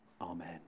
Amen